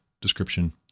description